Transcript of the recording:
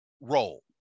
role